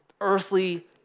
earthly